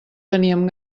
teníem